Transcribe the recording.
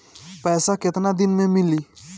पैसा केतना दिन में मिली?